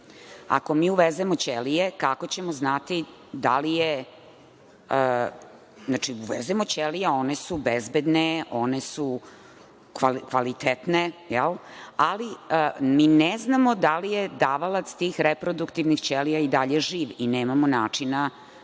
Ako mi uvezemo ćelije, kako ćemo znati, znači, uvezemo ćelije, one su bezbedne, one su kvalitetne, ali mi ne znamo da li je davalac tih reproduktivnih ćelija i dalje živ i nemamo načina